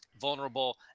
vulnerable